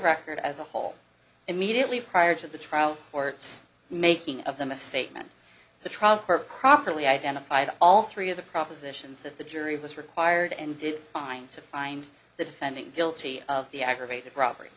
record as a whole immediately prior to the trial or its making of them a statement the trial court properly identified all three of the propositions that the jury was required and did find to find the defendant guilty of the aggravated robbery